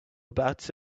about